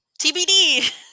TBD